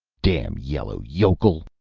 damn yella yokel.